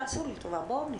תעשו לי טובה, בואו נתקדם.